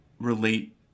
relate